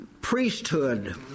priesthood